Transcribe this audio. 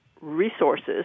resources